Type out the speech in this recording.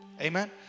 amen